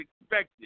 expected